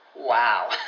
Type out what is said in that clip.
Wow